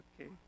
Okay